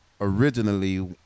originally